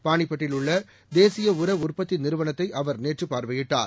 பானிபட்டில் உள்ளதேசிய உர உற்பத்திநிறுவனத்தைஅவர் நேற்றுபார்வையிட்டார்